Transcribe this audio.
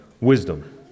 wisdom